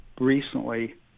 recently